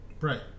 Right